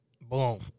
Boom